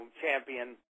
champion